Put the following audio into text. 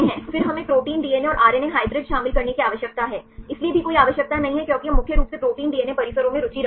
फिर हमें protein DNA और आरएनए हाइब्रिड शामिल करने की आवश्यकता है इसलिए भी कोई आवश्यकता नहीं है क्योंकि हम मुख्य रूप से प्रोटीन डीएनए परिसरों में रुचि रखते हैं